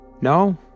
No